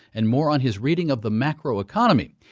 and more on his reading of the macro economy.